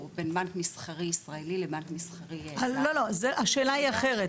בין בנק מסחרי ישראלי לבין בנק מסחרי --- לא השאלה היא אחרת,